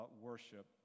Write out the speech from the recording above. worship